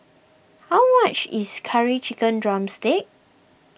how much is Curry Chicken Drumstick